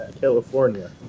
California